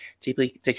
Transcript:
deeply